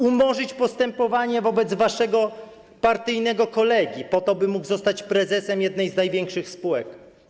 Umorzyć postępowania wobec waszego partyjnego kolegi po to, by mógł zostać prezesem jednej z największych spółek.